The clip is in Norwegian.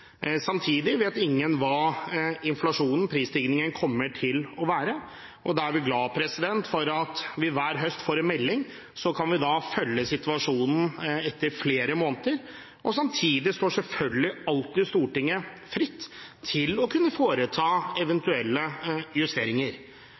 Samtidig vet ingen hva inflasjonen, prisstigningen, kommer til å være. Da er vi glade for at vi hver høst får en melding og kan følge opp situasjonen etter flere måneder. Samtidig står Stortinget alltid fritt til å kunne foreta